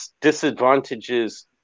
disadvantages